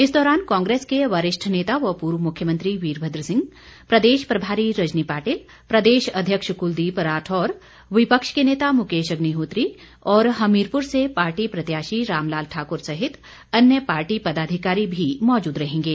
इस दौरान कांग्रेस के वरिष्ठ नेता व पूर्व मुख्यमंत्री वीरभद्र सिंह प्रदेश प्रभारी रजनी पाटिल प्रदेश अध्यक्ष कुलदीप राठौर विपक्ष के नेता मुकेश अग्निहोत्री और हमीरपुर से पार्टी प्रत्याशी रामलाल ठाकुर सहित अन्य पार्टी पदाधिकारी भी मौजूद रहेंगे